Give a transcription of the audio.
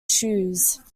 shoes